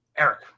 Eric